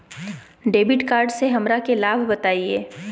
Debit card से हमरा के लाभ बताइए?